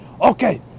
Okay